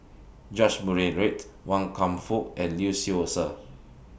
George Murray Reith Wan Kam Fook and Lee Seow Ser